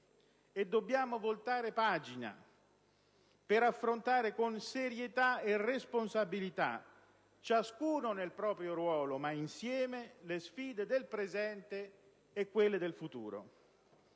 dobbiamo voltare pagina per affrontare con serietà e responsabilità, ciascuno nel proprio ruolo, ma insieme, le sfide del presente e del futuro.